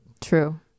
true